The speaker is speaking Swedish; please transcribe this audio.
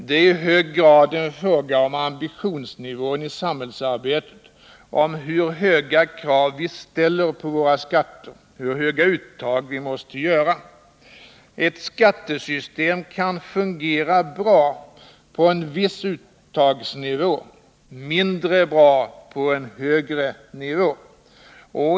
Det är i hög grad en fråga om ambitionsnivån i samhällsarbetet, om hur höga krav vi ställer på våra skatter, hur höga uttag vi måste göra. Ett skattesystem kan fungera bra på en viss uttagsnivå och mindre bra på en högre nivå.